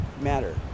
matter